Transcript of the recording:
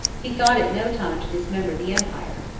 he thought it no time to dismember the empire.